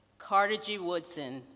carter g woodson,